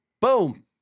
boom